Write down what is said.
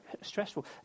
stressful